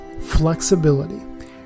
flexibility